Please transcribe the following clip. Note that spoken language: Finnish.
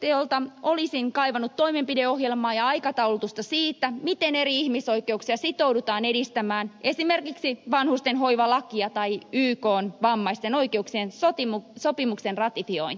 selonteolta olisin kaivannut toimenpideohjelmaa ja aikataulutusta siitä miten eri ihmisoikeuksia sitoudutaan edistämään esimerkiksi vanhustenhoivalakia tai ykn vammaisten oikeuksien sopimuksen ratifiointia